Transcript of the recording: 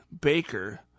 Baker